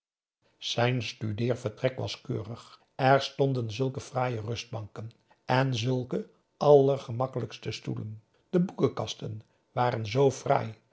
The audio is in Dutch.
zijn studeervertrek was keurig er stonden zulke fraaie rustbanken en zulke allergemakkelijkste stoelen de boekenkasten waren zoo fraai